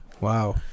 wow